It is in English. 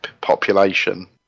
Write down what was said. population